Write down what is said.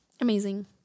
amazing